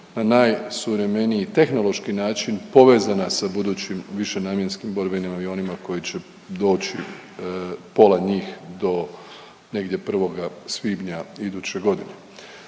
na najsuvremeniji tehnološki način povezana sa budućim višenamjenskim borbenim avionima koji će doći, pola njih do negdje 1. svibnja iduće godine.